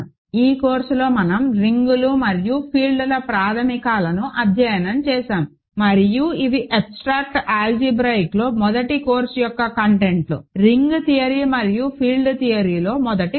ఈ కోర్సులో మనం రింగ్లు మరియు ఫీల్డ్ల ప్రాథమికాలను అధ్యయనం చేసాము మరియు ఇవి అబ్స్ట్రాక్ట్ ఆల్జీబ్రాయిక్ లో మొదటి కోర్సు యొక్క కంటెంట్లు రింగ్ థియరీ మరియు ఫీల్డ్ థియరీలో మొదటి కోర్సు